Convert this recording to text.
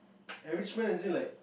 enrichment is it like